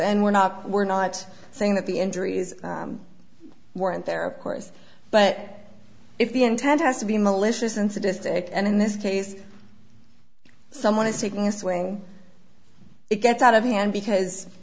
and we're not we're not saying that the injuries weren't there of course but if the intent has to be malicious and sadistic and in this case someone is taking a swing it gets out of hand because